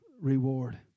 reward